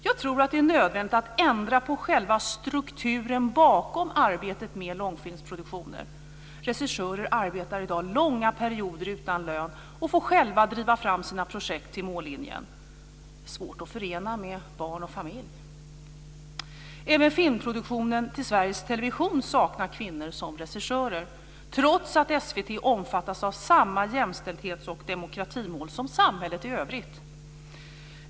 Jag tror att det är nödvändigt att ändra på själva strukturen bakom arbetet med långfilmsproduktioner. Regissörer arbetar i dag långa perioder utan lön och får själva driva fram sina projekt till mållinjen. Det är svårt att förena med barn och familj. Även filmproduktionen till Sveriges television saknar kvinnor som regissörer trots att SVT omfattas av samma jämställdhets och demokratimål som samhället i övrigt.